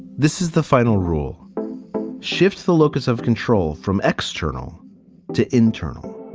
this is the final rule shift, the locus of control from external to internal.